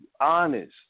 honest